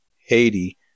Haiti